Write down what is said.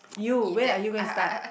you when are you going to start